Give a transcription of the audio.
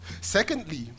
Secondly